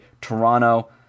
Toronto